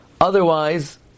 Otherwise